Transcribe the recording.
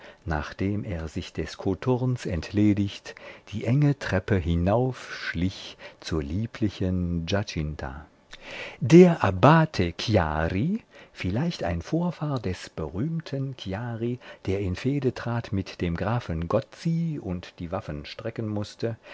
nachdem er sich des kothurns entledigt die enge treppe hinaufschlich zur lieblichen giacinta der abbate chiari vielleicht ein vorfahr des berühmten chiari der in fehde trat mit dem grafen gozzi und die waffen strecken mußte